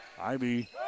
Ivy